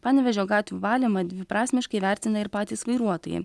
panevėžio gatvių valymą dviprasmiškai vertina ir patys vairuotojai